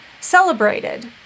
celebrated